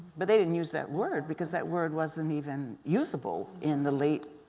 but they didn't use that word because that word wasn't even usable in the late